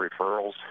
referrals